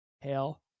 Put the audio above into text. hail